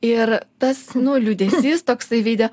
ir tas nu liūdesys toksai veide